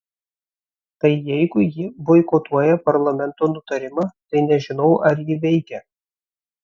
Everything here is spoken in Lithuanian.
tai jeigu ji boikotuoja parlamento nutarimą tai nežinau ar ji veikia